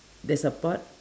there's a pot